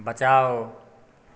बचाओ